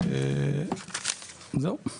זהו.